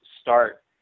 start